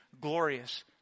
glorious